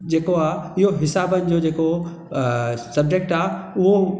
जेको आ हीअ हिसाबनि जो जेको सबजेक्ट आ उहो